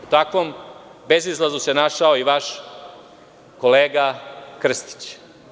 U takvom bezizlazu se našao i vaš kolega Krstić.